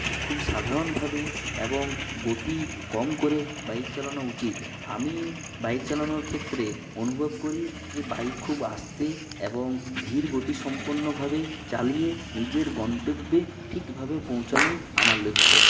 খুব সাধারণভাবে এবং গতি কম করে বাইক চালানো উচিৎ আমি বাইক চালানোর ক্ষেত্রে অনুভব করি যে বাইক খুব আস্তে এবং ধীরগতিসম্পন্নভাবে চালিয়ে নিজের গন্তব্যে ঠিকভাবে পৌঁছানোই আমার লক্ষ্য